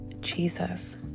Jesus